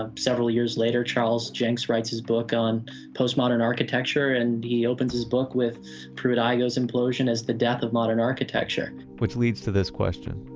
ah several years later charles jencks writes his book on post-modern architecture and he opens his book with pruitt-igoe's implosion as the death of modern architecture which leads to this question.